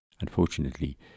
Unfortunately